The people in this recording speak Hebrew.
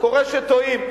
קורה שטועים.